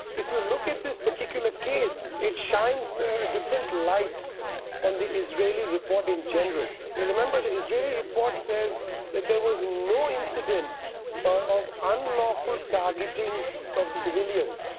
if you look at this particular case, it shines a different light on the israeli report in general. you remember the israeli report says that there was no incident ah of unlawful targeting of civilians.